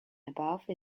above